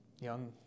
young